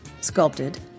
sculpted